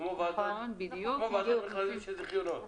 כמו ועדות מכרזים של זיכיונות.